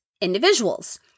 individuals